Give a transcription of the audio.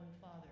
father